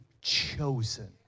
chosen